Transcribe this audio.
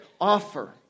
offer